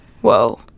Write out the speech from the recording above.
Whoa